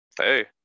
Hey